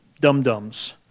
dum-dums